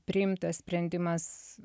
priimtas sprendimas